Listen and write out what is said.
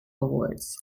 awards